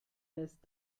lässt